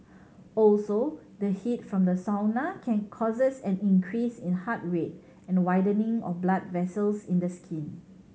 also the heat from the sauna can causes an increase in heart rate and widening of blood vessels in the skin